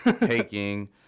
taking